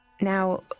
Now